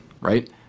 right